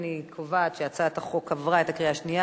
אני קובעת שהצעת החוק עברה בקריאה השנייה.